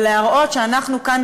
ולהראות שאנחנו כאן,